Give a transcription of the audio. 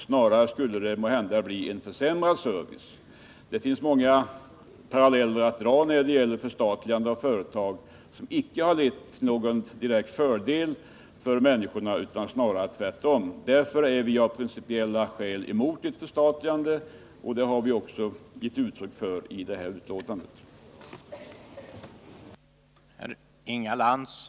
Snarare skulle det måhända bli en försämrad service. Det finns många paralleller att dra när det gäller förstatligande av företag, som inte lett till någon fördel för människorna utan tvärtom. Därför är vi av principiella skäl emot ett förstatligande, och det har vi också givit uttryck för i detta utskottsbetänkande.